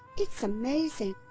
it's amazing!